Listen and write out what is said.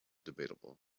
debatable